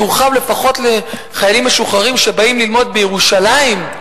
יורחב לפחות לחיילים משוחררים שבאים ללמוד בירושלים,